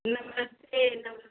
नमस्ते नमस्ते